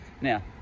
now